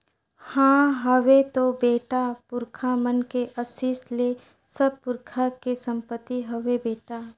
हां हवे तो बेटा, पुरखा मन के असीस ले सब पुरखा के संपति हवे बेटा